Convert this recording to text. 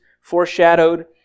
foreshadowed